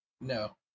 No